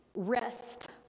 Rest